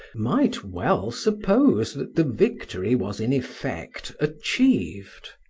might well suppose that the victory was in effect achieved.